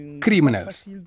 criminals